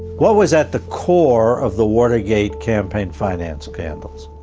what was at the core of the watergate campaign finance scandals?